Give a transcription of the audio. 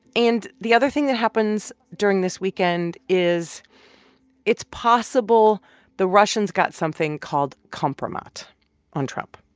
and the other thing that happens during this weekend is it's possible the russians got something called kompromat on trump.